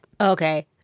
Okay